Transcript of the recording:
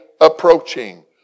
approaching